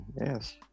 Yes